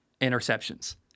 interceptions